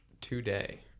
today